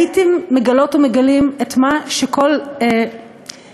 הייתם מגלות ומגלים את מה שכל המספרים,